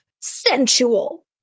sensual